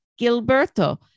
Gilberto